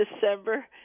December